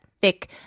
thick